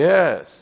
Yes